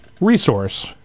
resource